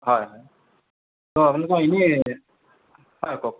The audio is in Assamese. হয় হয় অঁ আপোনালোকৰ এনেই হয় কওক